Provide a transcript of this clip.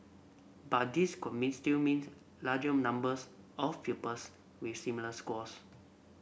but these could mean still meant larger numbers of pupils with similar scores